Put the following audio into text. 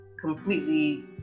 completely